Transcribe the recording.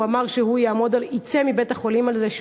הוא אמר שהוא יצא מבית-החולים כשהוא